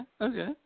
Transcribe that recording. okay